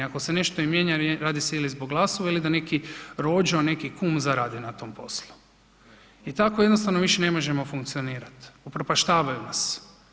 Ako se nešto i mijenja, radi se ili zbog glasova ili da neki „rođo“, neki kum zaradi na tom poslu i tako jednostavno više ne možemo funkcionirati, upropaštavaju nas.